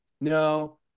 No